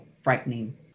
frightening